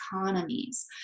economies